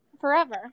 forever